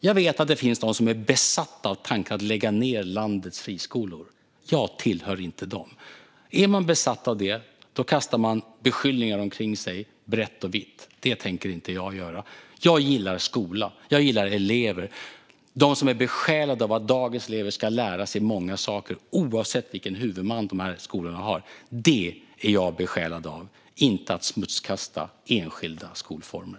Jag vet att det finns de som är besatta av att tanken på att lägga ned landets friskolor. Jag tillhör inte dem. Är man besatt av det kastar man beskyllningar vitt och brett omkring sig. Det tänker inte jag göra. Jag gillar skolan. Jag gillar elever. Att dagens elever ska lära sig många saker, oavsett vilken huvudman skolorna har, är jag besjälad av - inte av att smutskasta enskilda skolformer.